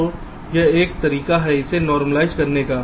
तो यह एक तरीका है इसे नॉर्मलाइज़ करने का